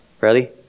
Ready